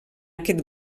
aquest